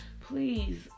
please